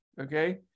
Okay